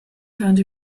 found